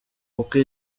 kuko